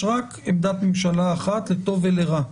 יש רק עמדת ממשלה אחת לטובה ולרעה.